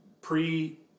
pre